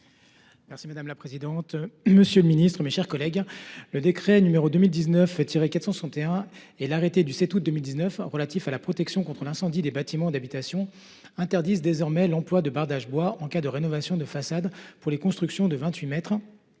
des territoires. Monsieur le ministre, le décret n° 2019 461 et l’arrêté du 7 août 2019 relatif à la protection contre l’incendie des bâtiments d’habitation interdisent désormais l’emploi de bardage bois en cas de rénovation de façades pour les constructions de 28 mètres,